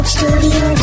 Studio